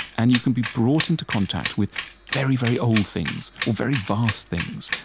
and you can be brought into contact with very, very old things or very vast things,